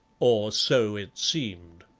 or so it seemed.